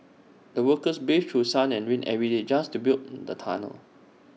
the workers braved through sun and rain every day just to build the tunnel